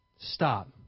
Stop